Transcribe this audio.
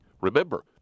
Remember